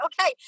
okay